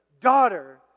Daughter